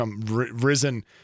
risen